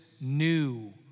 new